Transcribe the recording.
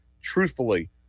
truthfully